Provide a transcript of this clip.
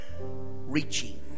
reaching